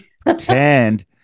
Pretend